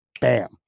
bam